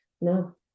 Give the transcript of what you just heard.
No